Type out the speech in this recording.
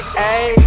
hey